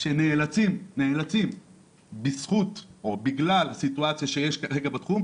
שנאלצים בזכות או בגלל סיטואציה שיש כרגע בתחום,